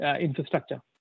infrastructure